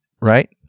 right